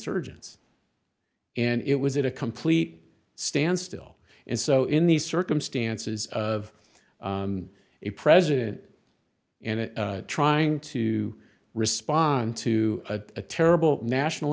surgents and it was it a complete standstill and so in these circumstances of a president and trying to respond to a terrible national